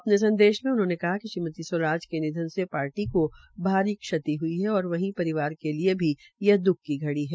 अपने संदेश में उन्होंने कहा कि श्रीमती स्वराज के निधन से पार्टी को भारी क्षति हई है और वहीं पविार के लिए भी यह द्ख की घड़ी है